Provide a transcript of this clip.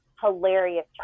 hilarious